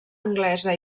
anglesa